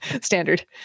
standard